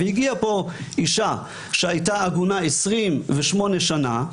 והגיעה לפה אישה שהייתה עגונה 28 שנה,